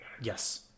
Yes